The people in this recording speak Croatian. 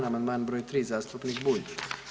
Amandman br. 3 zastupnik Bulj.